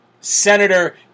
Senator